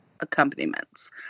accompaniments